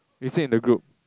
he say in the group